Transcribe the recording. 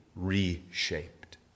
reshaped